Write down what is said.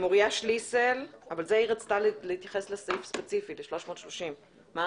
מוריה שליסל רצתה להתייחס לסעיף ספציפי, 330. אני